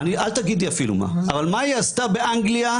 ואל תגידו אפילו מה, אבל מה היא עשתה באנגליה?